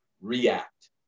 react